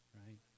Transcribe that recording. right